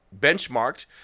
benchmarked